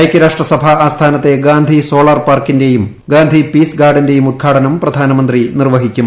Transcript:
ഐക്യരാഷ്ട്ര സഭ ആസ്ഥാനത്തെ ഗാന്ധി സോളാർ പാർക്കിന്റെയും ഗാന്ധി പീസ് ഗാർഡന്റെയും ഉദ്ഘാടനം പ്രധാനമന്ത്രി നിർവ്വഹിക്കും